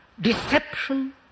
deception